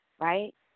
right